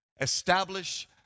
establish